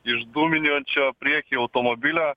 iš dūminjončio prieky automobilio